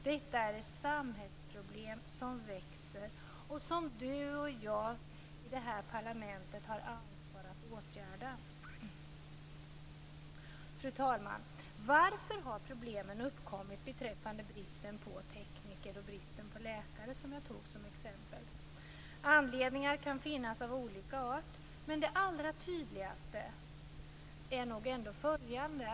Detta är ett samhällsproblem som växer och som du och jag i det här parlamentet har ansvar för att åtgärda. Fru talman! Varför har problemen med bristen på tekniker och läkare, som jag tog som exempel, uppkommit? Anledningar av olika art kan finnas. Men den allra tydligaste är nog ändå följande.